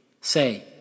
Say